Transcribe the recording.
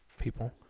people